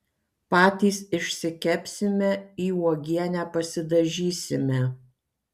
patys išsikepsime į uogienę pasidažysime